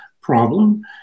problem